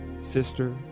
sister